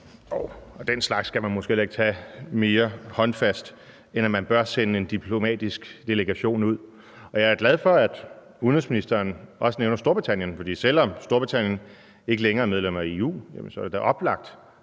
Den slags skal man måske heller ikke tage mere håndfast, end at man bør sende en diplomatisk delegation ud. Jeg er glad for, at udenrigsministeren også nævner Storbritannien, for selv om Storbritannien ikke længere er medlem af EU, er det da oplagt